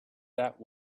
that